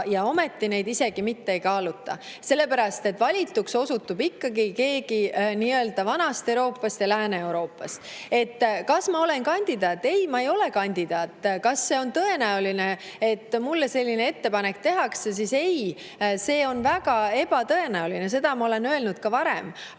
Ometi neid isegi mitte ei kaaluta, sellepärast et valituks osutub ikkagi keegi nii-öelda vanast Euroopast ja Lääne-Euroopast. Kas ma olen kandidaat? Ei, ma ei ole kandidaat. Kas see on tõenäoline, et mulle selline ettepanek tehakse? Ei, see on väga ebatõenäoline, seda ma olen öelnud ka varem.